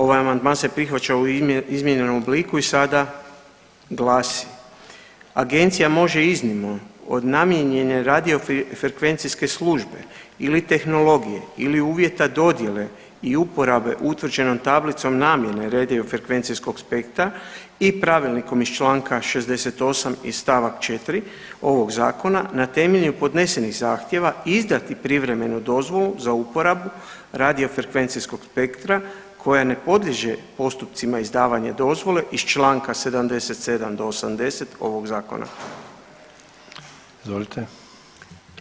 Ovaj amandman se prihvaća u izmijenjenom obliku i sada glasi, Agencija može iznimno od namijenjene radiofrekvencijske službe ili tehnologije ili uvjeta dodjele i uporabe utvrđenom tablicom namjene radiofrekvencijskog spektra i pravilnikom iz članka 68. stavak 4. ovog zakona na temelju podnesenih zahtjeva izdati privremenu dozvolu za uporabu radiofrekvencijskog spektra koja ne podliježe postupcima izdavanja dozvole iz članka 77. do 80. ovog zakona.